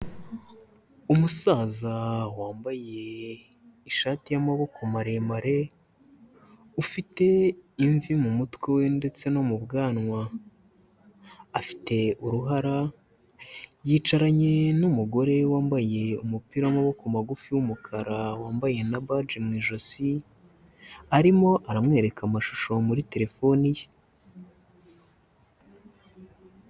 Umusaza wambaye ishati y'amaboko maremare, ufite imvi mu mutwe we ndetse no mu bwanwa, afite uruhara, yicaranye n'umugore we wambaye umupira w'amaboko magufi y'umukara, wambaye na baji mu ijosi, arimo aramwereka amashusho muri terefone ye.